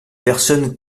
personnes